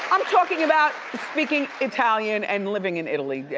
i'm talking about, speaking italian and living in italy,